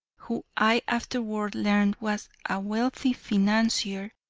who i afterward learned was a wealthy financier,